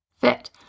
fit